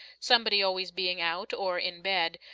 somebody always being out, or in bed,